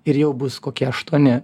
ir jau bus kokie aštuoni